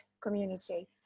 community